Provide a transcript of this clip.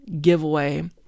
giveaway